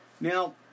Now